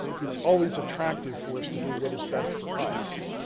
it's always attractive for us to do what is best for us.